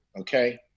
okay